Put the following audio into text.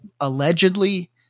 allegedly